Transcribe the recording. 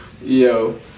Yo